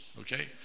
Okay